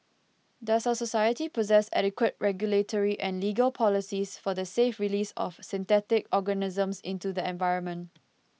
does us society possess adequate regulatory and legal policies for the safe release of synthetic organisms into the environment